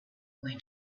boy